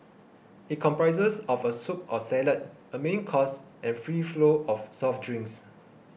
it comprises of a soup or salad a main course and free flow of soft drinks